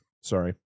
Sorry